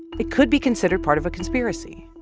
it could be considered part of a conspiracy